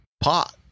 pot